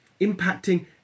impacting